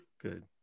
good